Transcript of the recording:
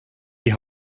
die